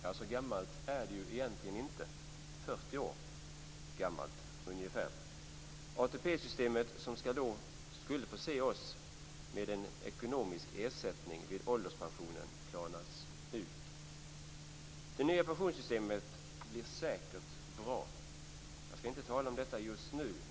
Ja, så gammalt är det egentligen inte - ungefär 40 år gammalt. ATP-systemet, som skulle förse oss med ekonomisk ersättning vid ålderspensionen, planas ut. Det nya pensionssystemet blir säkert bra. Jag skall inte tala om detta just nu.